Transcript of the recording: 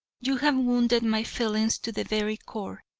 you have wounded my feelings to the very core.